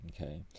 Okay